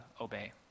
obey